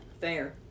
Fair